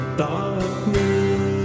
darkness